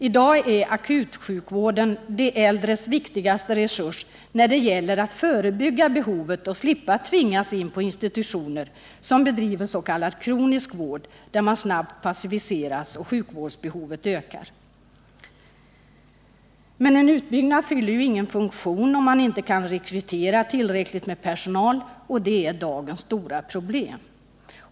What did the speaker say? I dag är akutsjukvården de äldres viktigaste resurs när det gäller att förebygga behovet och slippa tvingas in på institutioner som bedrivers.k. kronisk vård, där man snabbt passiviseras och sjukvårdsbehovet ökar. Men en utbyggnad fyller ingen funktion, om man inte kan rekrytera tillräckligt med personal, och det är dagens stora problem.